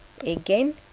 Again